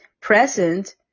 present